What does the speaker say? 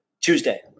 Tuesday